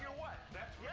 what. that's